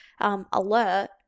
alert